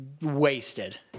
wasted